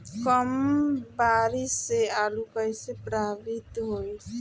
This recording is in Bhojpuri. कम बारिस से आलू कइसे प्रभावित होयी?